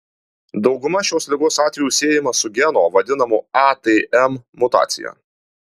dauguma šios ligos atvejų siejama su geno vadinamo atm mutacija